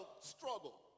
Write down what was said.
struggle